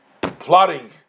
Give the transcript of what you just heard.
plotting